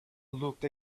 looked